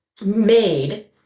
made